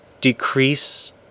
decrease